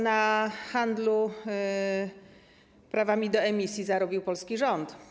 Na handlu prawami do emisji zarobił polski rząd.